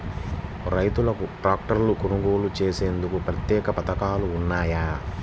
రైతులకు ట్రాక్టర్లు కొనుగోలు చేసేందుకు ప్రత్యేక పథకాలు ఉన్నాయా?